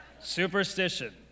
Superstition